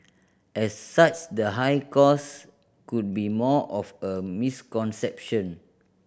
as such the high cost could be more of a misconception